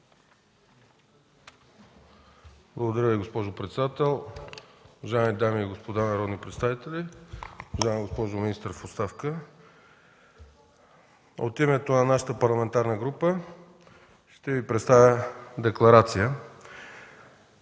Благодаря, госпожо председател. Уважаеми дами и господа народни представители, уважаема госпожо министър в оставка! От името на нашата парламентарна група ще Ви представя декларация